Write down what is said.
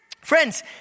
Friends